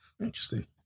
Interesting